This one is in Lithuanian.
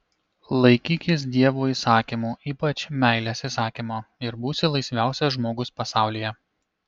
laikykis dievo įsakymų ypač meilės įsakymo ir būsi laisviausias žmogus pasaulyje